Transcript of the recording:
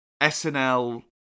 SNL